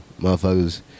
motherfuckers